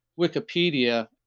Wikipedia